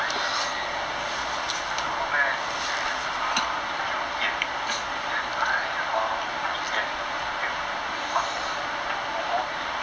I have to go back at err 九点 then err 一点 like that can go home already